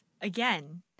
again –